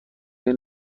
این